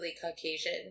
Caucasian